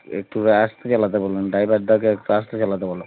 একটু করে আসতে চালাতে বলুন ড্রাইভারদাকে একটু আসতে চালাতে বলো